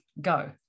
Go